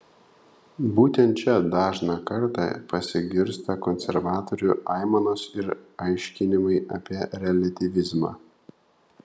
būtent čia dažną kartą pasigirsta konservatorių aimanos ir aiškinimai apie reliatyvizmą